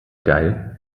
geil